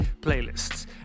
playlists